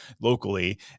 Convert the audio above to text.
locally